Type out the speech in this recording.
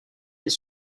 des